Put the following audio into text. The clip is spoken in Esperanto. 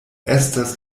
estas